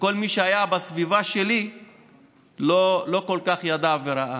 וכל מי שהיה בסביבה שלי לא כל כך ידע וראה.